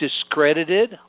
discredited